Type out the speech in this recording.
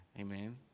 Amen